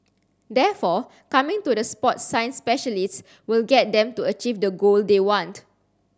therefore coming to the sport science specialists will get them to achieve that goal they want